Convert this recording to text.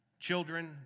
Children